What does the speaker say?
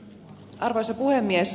arvoisa puhemies